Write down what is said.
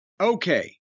Okay